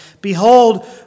Behold